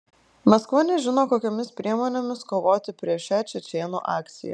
maskva nežino kokiomis priemonėmis kovoti prieš šią čečėnų akciją